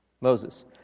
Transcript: Moses